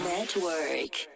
Network